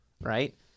Right